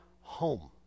home